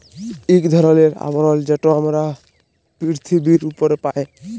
ইক ধরলের আবরল যেট আমরা পিরথিবীর উপরে পায়